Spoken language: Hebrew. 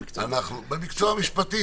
של המשפטים